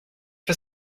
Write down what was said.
for